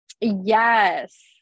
Yes